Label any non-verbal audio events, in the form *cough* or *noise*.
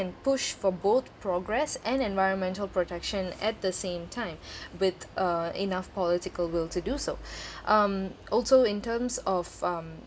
push for both progress and environmental protection at the same time *breath* with uh enough political will to do so *breath* um also in terms of um